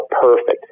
perfect